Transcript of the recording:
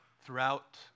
throughout